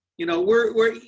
you know, we're.